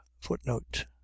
footnote